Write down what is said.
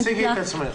מהתעשייה.